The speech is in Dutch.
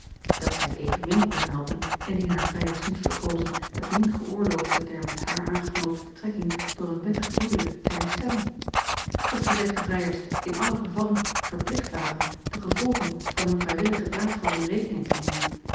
dat zij het evenmin kon helpen indien haar vrijers niet verkozen het min geöorloofde der met haar aangeknoopte betrekking door een wettig huwelijk te herstellen dat gezegde vrijers in allen gevalle verplicht waren de gevolgen van hun vrijwillige daad voor hun rekening te nemen